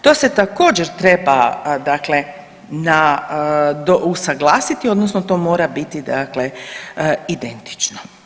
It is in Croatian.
To se također treba dakle na, usuglasiti odnosno to mora biti dakle identično.